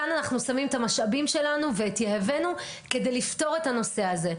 כאן אנחנו שמים את המשאבים שלנו ואת יהבנו כדי לפתור את הנושא הזה.